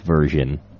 version